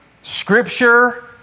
scripture